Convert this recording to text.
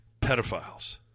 pedophiles